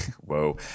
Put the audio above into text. whoa